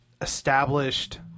established